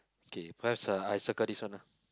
okay perhaps uh I circle this one lah